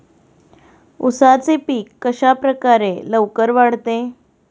उसाचे पीक कशाप्रकारे लवकर वाढते?